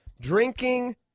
Drinking